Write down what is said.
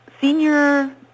Senior